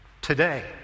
today